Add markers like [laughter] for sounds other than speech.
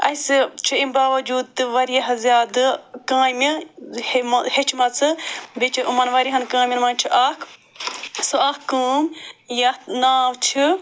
اَسہِ چھِ اَمہِ باوجوٗد تہِ واریاہ زیادٕ کامہِ [unintelligible] ہیٚچھمَژٕ بیٚیہِ چھِ یِمَن واریاہَن کامٮ۪ن مَنٛز چھُ اکھ سُہ اکھ کٲم یتھ ناو چھُ